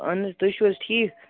اہن حظ تُہۍ چھُو حظ ٹھیٖک